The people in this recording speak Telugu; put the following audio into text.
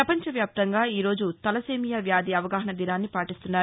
ప్రపంచ వ్యాప్తంగా ఈరోజు తలసేమియా వ్యాధి అవగాహన దినాన్ని పాటిస్తున్నారు